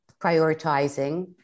prioritizing